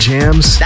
Jams